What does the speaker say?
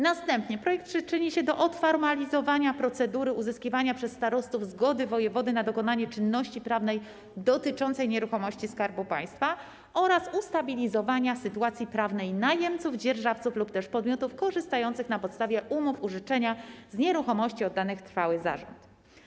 Następnie projekt przyczyni się do odformalizowania procedury uzyskiwania przez starostów zgody wojewody na dokonanie czynności prawnej dotyczącej nieruchomości Skarbu Państwa oraz ustabilizowania sytuacji prawnej najemców, dzierżawców lub też podmiotów korzystających na podstawie umów użyczenia z nieruchomości oddanych w trwały zarząd.